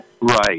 Right